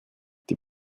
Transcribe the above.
die